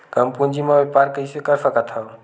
कम पूंजी म व्यापार कइसे कर सकत हव?